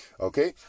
Okay